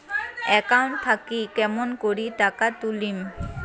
Account থাকি কেমন করি টাকা তুলিম?